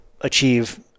achieve